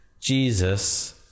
Jesus